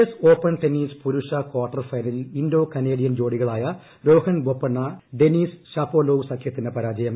S open tennis പുരുഷ quarter ഫൈനലിൽ Indo Canadian ജോഡികളായ രോഹൻ ബൊപ്പണ്ണ ഡെനീസ് ഷാപോലോവ് സഖ്യത്തിന് പരാജയം